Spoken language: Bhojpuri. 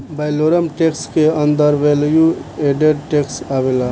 वैलोरम टैक्स के अंदर वैल्यू एडेड टैक्स आवेला